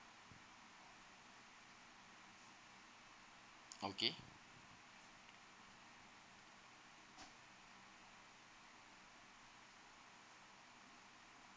okay